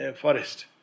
forest